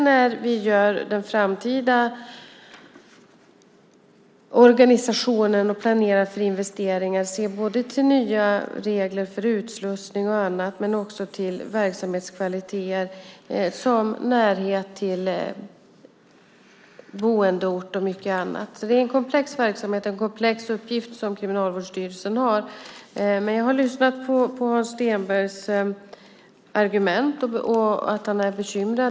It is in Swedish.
När vi gör den framtida organisationen och planerar för investeringar måste vi se både till nya regler för utslussning och annat och till verksamhetskvaliteter som närhet till boendeort och mycket annat. Det är en komplex verksamhet och en komplex uppgift som Kriminalvårdsstyrelsen har. Men jag har lyssnat på Hans Stenbergs argument.